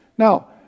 Now